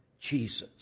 Jesus